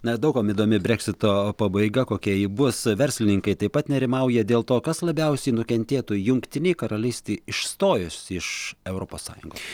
na daug kam įdomi breksito pabaiga kokia ji bus verslininkai taip pat nerimauja dėl to kas labiausiai nukentėtų jungtinei karalystei išstojus iš europos sąjungos